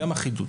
גם אחידות